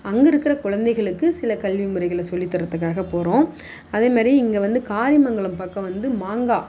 அங்கே இருக்கிற குழந்தைகளுக்கு சில கல்வி முறைகளை சொல்லித்தரத்துக்காக போகிறோம் அதே மாதிரி இங்கே வந்து காரிமங்கலம் பக்கம் வந்து மாங்காய்